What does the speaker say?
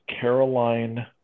Caroline